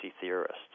theorists